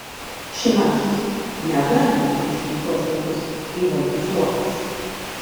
šimašius negalima grįžti į tuos laikus kai valdė zuokas